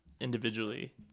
individually